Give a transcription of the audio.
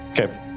Okay